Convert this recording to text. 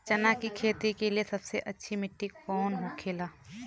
चना की खेती के लिए सबसे अच्छी मिट्टी कौन होखे ला?